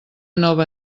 nova